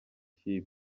kipe